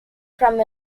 from